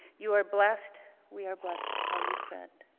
you are blessed. we are blessed to call you friend.